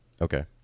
Okay